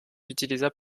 utilisable